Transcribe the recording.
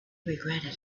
regretted